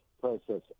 process